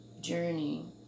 journey